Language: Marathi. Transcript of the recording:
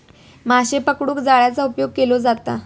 माशे पकडूक जाळ्याचा उपयोग केलो जाता